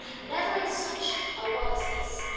never in such a one as this.